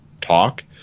talk